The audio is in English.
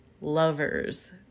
lovers